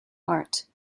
art